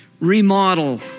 Remodel